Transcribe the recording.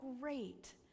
great